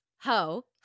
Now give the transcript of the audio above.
Ho